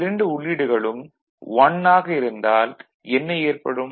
இரண்டு உள்ளீடுகளும் 1 ஆக இருந்தால் என்ன ஏற்படும்